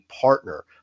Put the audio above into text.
partner